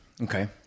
okay